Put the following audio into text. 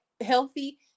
healthy